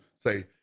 say